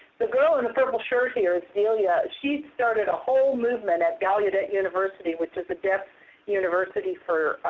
the girl in the purple shirt, here, is delia. she started a whole movement at gallaudet university, which is a deaf university for